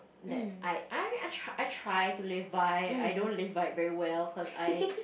that I I mean I try I try to live by I don't live by it very well cause I